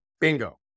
Bingo